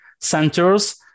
centers